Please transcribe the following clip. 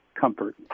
comfort